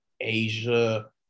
asia